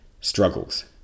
struggles